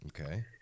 Okay